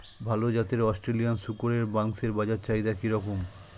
ভাল জাতের অস্ট্রেলিয়ান শূকরের মাংসের বাজার চাহিদা কি রকম?